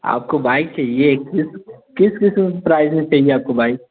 आपको बाइक चाहिए किस किस किस्म की प्राइज में चाहिए आपको बाइक